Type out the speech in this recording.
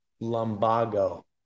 lumbago